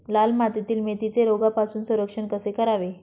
लाल मातीतील मेथीचे रोगापासून संरक्षण कसे करावे?